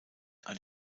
ein